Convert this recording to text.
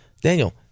Daniel